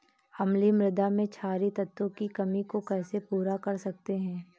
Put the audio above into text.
अम्लीय मृदा में क्षारीए तत्वों की कमी को कैसे पूरा कर सकते हैं?